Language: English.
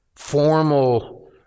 formal